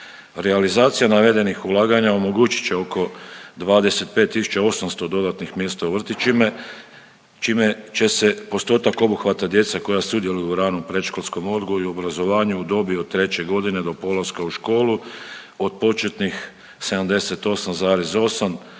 Realizacija navedenih ulaganja omogućit će oko 25.800 dodatnih mjesta u vrtićima čime će se postotak obuhvata djece koja sudjeluju u ranom predškolskom odgoju i obrazovanju u dobi od 3. godine do polaska u školu od početnih 78,8